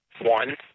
one